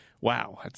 wow